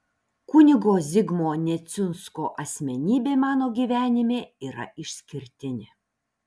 kunigo zigmo neciunsko asmenybė mano gyvenime yra išskirtinė